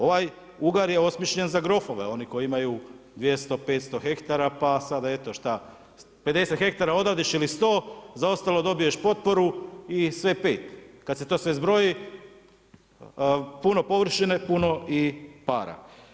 Ovaj ugar je osmišljen za grofove, oni koji imaju 200, 500 ha pa sad eto šta, 50 ha odvadiš ili 100, za ostalo dobiješ potporu i sve 5. Kad se to sve zbroji puno površine, puno i para.